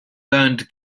learned